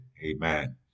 Amen